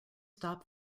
stop